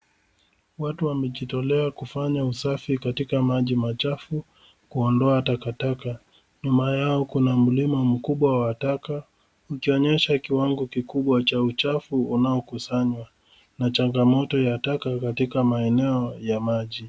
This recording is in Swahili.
Watu wamejitolea kufanya usafi katika maji machafu, kuondoa takataka. Nyuma yao kuna mlima mkubwa wa wa taka, ukionyesha kiwango kikubwa cha uchafu unaokusanywa, na changamoto ya taka katika maeneo ya maji.